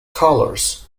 colors